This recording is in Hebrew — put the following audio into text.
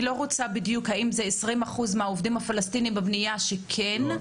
אני לא יודעת בדיוק אם זה 20% מהעובדים הפלסטינים בבנייה שנפגעים,